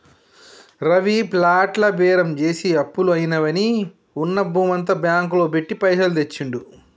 రవి ప్లాట్ల బేరం చేసి అప్పులు అయినవని ఉన్న భూమంతా బ్యాంకు లో పెట్టి పైసలు తెచ్చిండు